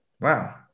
Wow